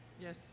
yes